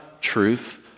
truth